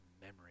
memory